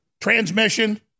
transmission